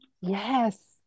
yes